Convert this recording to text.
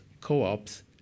co-ops